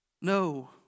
no